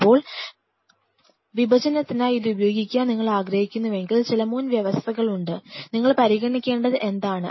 ഇപ്പോൾ വിഭജനത്തിനായി ഇത് ഉപയോഗിക്കാൻ നിങ്ങൾ ആഗ്രഹിക്കുന്നുവെങ്കിൽ ചില മുൻവ്യവസ്ഥകൾ ഉണ്ട് നിങ്ങൾ പരിഗണിക്കേണ്ടത് എന്താണ്